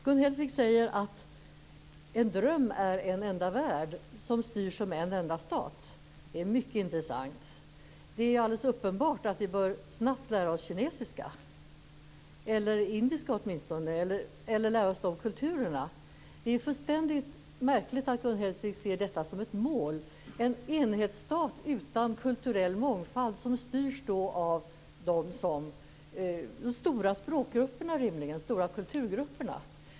Gun Hellsvik säger att en dröm är en enda värld som styrs som en enda stat. Det är mycket intressant. Det är alldeles uppenbart att vi snabbt bör lära oss kinesiska, eller åtminstone indiska, eller lära oss de kulturerna. Det är märkligt att Gun Hellsvik ser detta som ett mål. En enhetsstat utan kulturell mångfald som rimligen styrs av de stora språkgrupperna och de stora kulturgrupperna.